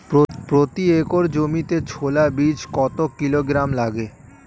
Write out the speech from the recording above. প্রতি একর জমিতে ছোলা বীজ কত কিলোগ্রাম লাগে?